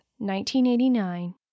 1989